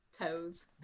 toes